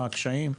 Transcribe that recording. מה הקשיים,